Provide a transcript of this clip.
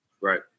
Right